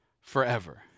forever